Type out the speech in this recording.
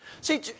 See